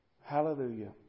Hallelujah